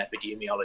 epidemiology